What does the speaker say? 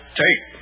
take